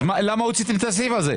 אז למה הוצאתם את הסעיף הזה?